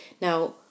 Now